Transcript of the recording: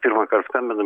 pirmąkart skambinu